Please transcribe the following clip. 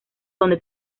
donde